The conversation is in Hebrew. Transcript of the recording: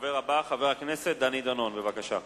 הדובר הבא, חבר הכנסת דני דנון, בבקשה.